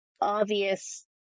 obvious